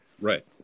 Right